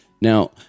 Now